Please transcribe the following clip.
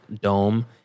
dome